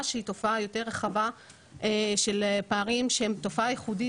שהיא תופעה יותר רחבה של פערים שהם תופעה ייחודית.